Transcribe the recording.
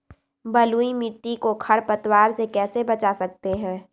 बलुई मिट्टी को खर पतवार से कैसे बच्चा सकते हैँ?